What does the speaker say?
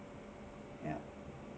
ya